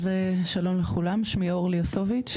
אז שלום לכולם, שמי אורלי יוסוביץ.